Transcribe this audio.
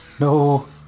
No